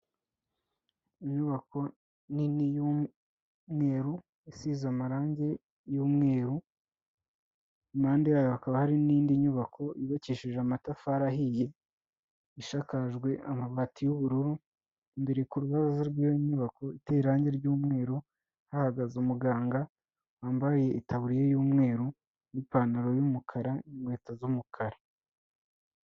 Inyubako nini y'umweru isize amarangi y'umweru, impande yayo hakaba hari n'indi nyubako yubakishije amatafari ahiye, isakajwe amabati y'ubururu, imbere ku rubaraza rw'iyo nyubako iteye irangi ry'umweru, hahagaze umuganga wambaye itaburiya y'umweru n'ipantaro y'umukara n'inkweto z'umukara.